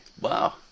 Wow